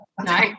No